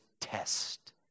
test